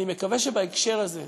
אני מקווה שבהקשר הזה,